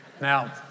Now